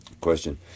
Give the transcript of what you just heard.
question